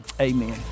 amen